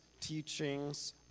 teachings